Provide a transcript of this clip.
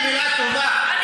תגידי מילה טובה.